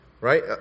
right